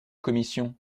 commission